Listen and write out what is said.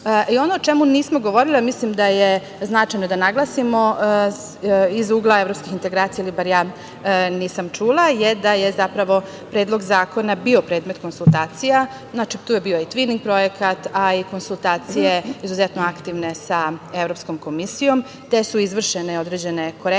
o čemu nismo govorili, mislim da je značajno da naglasimo iz ugla evropskih integracija, bar ja nisam čula, je da je Predlog zakona bio predmet konsultacija. Znači tu je bio „Tvining projekat“, a i konsultacije izuzetno aktivne sa Evropskom komisijom, te su izvršene određene korekcije.